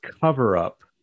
cover-up